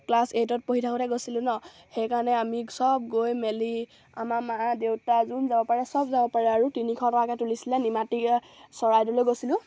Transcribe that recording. class এইটত পঢ়ি থাকোঁতে গৈছিলোঁ নহ্ সেইকাৰণে আমি সব গৈ মেলি আমা মা দেউতা যোন যাব পাৰে সব যাব পাৰে আৰু তিনিশ টকাকৈ তুলিছিলে নিমাতী চৰাইদেউলৈ গৈছিলোঁ